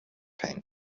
pain